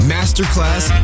Masterclass